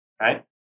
right